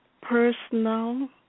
personal